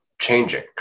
changing